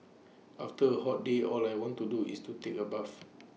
after A hot day all I want to do is to take A bath